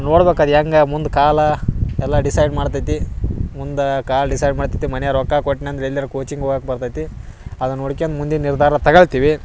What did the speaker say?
ನೋಡ್ಬೇಕು ಅದು ಹೆಂಗ ಮುಂದು ಕಾಲ ಎಲ್ಲ ಡಿಸೈಡ್ ಮಾಡ್ತೈತಿ ಮುಂದಾ ಕಾಲ ಡಿಸೈಡ್ ಮಾಡ್ತಿತ್ತೆ ಮನೆ ರೊಕ್ಕ ಕೊಟ್ನ್ಯಂದ್ರ ಎಲ್ಯರ ಕೋಚಿಂಗ್ ಹೋಗಕ್ಕೆ ಬರ್ತೈತಿ ಅದನ್ನ ಉಡ್ಕ್ಯಂದು ಮುಂದಿನ ನಿರ್ಧಾರ ತಗೊಳ್ತೀವಿ